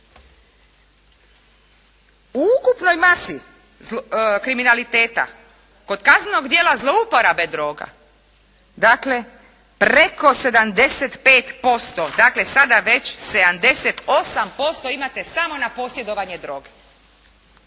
U ukupnoj masi kriminaliteta kod kaznenog djela zlouporabe droga dakle preko 75%, dakle sada već 78% imate samo na posjedovanje droge.